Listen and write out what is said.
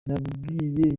nabwiye